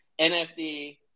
NFT